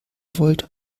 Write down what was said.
wollt